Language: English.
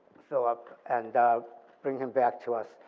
philip and bring him back to us,